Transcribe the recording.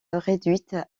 réduite